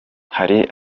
hari